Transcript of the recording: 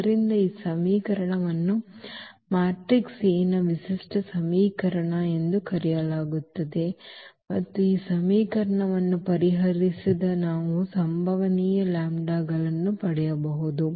ಆದ್ದರಿಂದ ಈ ಸಮೀಕರಣವನ್ನು ಮ್ಯಾಟ್ರಿಕ್ಸ್ A ನ ವಿಶಿಷ್ಟ ಸಮೀಕರಣ ಎಂದು ಕರೆಯಲಾಗುತ್ತದೆ ಮತ್ತು ಈ ಸಮೀಕರಣವನ್ನು ಪರಿಹರಿಸಿದ ನಂತರ ನಾವು ಸಂಭವನೀಯ ಲ್ಯಾಂಬ್ಡಾಗಳನ್ನು ಪಡೆಯಬಹುದು